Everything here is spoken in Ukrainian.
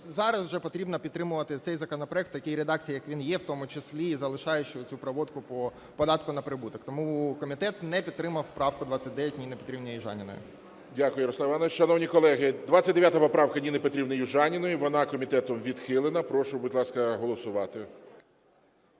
зараз вже потрібно підтримувати цей законопроект у такій редакції, як він є, в тому числі залишаючи оцю проводку по податку на прибуток. Тому комітет не підтримав правку 29 Ніни Петрівни Южаніної. ГОЛОВУЮЧИЙ. Дякую, Ярославе Івановичу. Шановні колеги, 29 поправка Ніни Петрівни Южаніної. Вона комітетом відхилена. Прошу, будь ласка, голосувати.